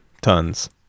Tons